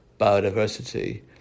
biodiversity